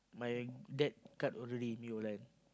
my dad cut orderly new line